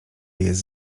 jest